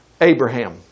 Abraham